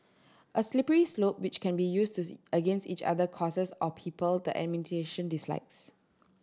a slippery slope which can be used to the against each other causes or people the administration dislikes